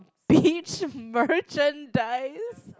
beach merchandise